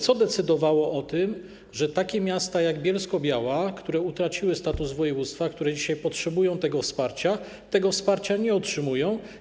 Co decydowało o tym, że takie miasta jak Bielsko-Biała, które utraciły status województwa, które dzisiaj potrzebują tego wsparcia, tego wsparcia nie otrzymują?